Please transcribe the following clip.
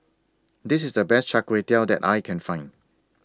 This IS The Best Char Kway Teow that I Can Find